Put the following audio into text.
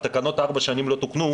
התקנות ארבע שנים לא תוקנו,